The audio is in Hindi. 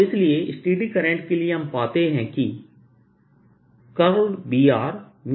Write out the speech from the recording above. और इसलिए स्टेडी करंट के लिए हम पाते हैं कि Br 0j के बराबर है